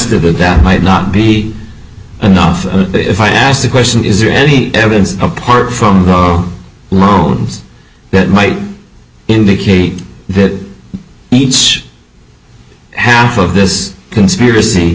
suggested that that might not be enough if i ask the question is there any evidence apart from home loans that might indicate that each half of this conspiracy